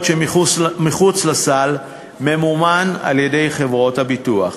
שמחוץ לסל ממומן על-ידי חברות הביטוח.